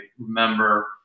remember